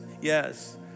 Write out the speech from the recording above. yes